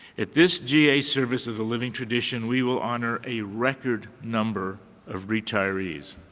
at this ga's service of the living tradition, we will honor a record number of retirees.